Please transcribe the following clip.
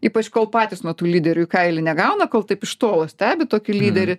ypač kol patys nuo tų lyderių į kailį negauna kol taip iš tolo stebi tokį lyderį